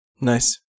Nice